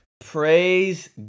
Praise